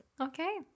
Okay